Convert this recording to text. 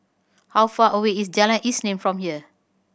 how far away is Jalan Isnin from here